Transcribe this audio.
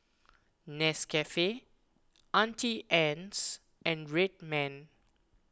Nescafe Auntie Anne's and Red Man